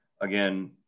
again